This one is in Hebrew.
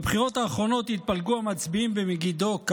בבחירות האחרונות התפלגו כך המצביעים במגידו: